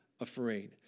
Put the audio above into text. afraid